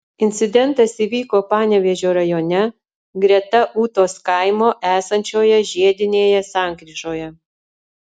incidentas įvyko panevėžio rajone greta ūtos kaimo esančioje žiedinėje sankryžoje